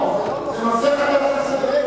והוא יודע.